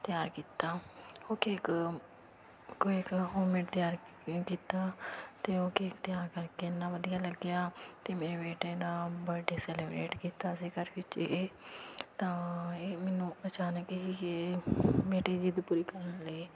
ਤਿਆਰ ਕੀਤਾ ਉਹ ਕੇਕ ਕੇਕ ਉਹ ਮੈਂ ਤਿਆਰ ਕ ਕੀਤਾ ਅਤੇ ਉਹ ਕੇਕ ਤਿਆਰ ਕਰਕੇ ਇੰਨਾਂ ਵਧੀਆ ਲੱਗਿਆ ਅਤੇ ਮੇਰੇ ਬੇਟੇ ਦਾ ਬਰਡੇ ਸੈਲੀਬਰੇਟ ਕੀਤਾ ਅਸੀਂ ਘਰ ਵਿੱਚ ਹੀ ਤਾਂ ਇਹ ਮੈਨੂੰ ਅਚਾਨਕ ਹੀ ਬੇਟੇ ਦੀ ਜਿੱਦ ਪੂਰੀ ਕਰਨ ਲਈ